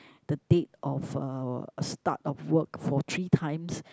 the date of uh a start of work for three times